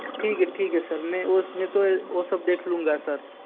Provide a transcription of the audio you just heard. ठीक है ठीक है सर मैं उसमें तो वो सब देख लूँगा सर